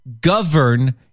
govern